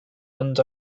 and